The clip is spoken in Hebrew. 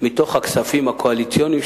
מתוך הכספים הקואליציוניים,